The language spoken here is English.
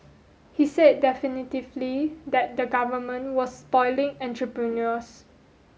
he said definitively that the government was spoiling entrepreneurs